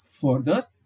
further